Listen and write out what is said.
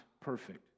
perfect